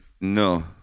No